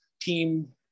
team